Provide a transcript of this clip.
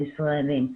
הישראלים,